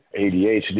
ADHD